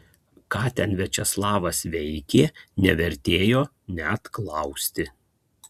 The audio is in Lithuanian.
ką ten viačeslavas veikė nevertėjo net klausti